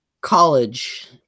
college